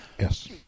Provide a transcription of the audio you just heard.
yes